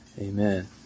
Amen